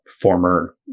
former